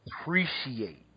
appreciate